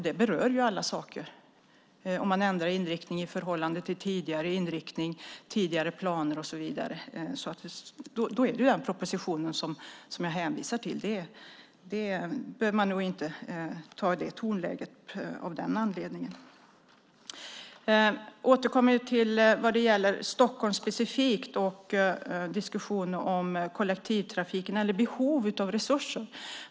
Det berör alla saker, om man ändrar inriktning i förhållande till inriktning, tidigare planer och så vidare. Det är den propositionen som jag hänvisar till. Man behöver inte ha det tonläget av den anledningen. Jag återkommer vad gäller Stockholm specifikt och diskussionen om kollektivtrafiken och behovet av resurser.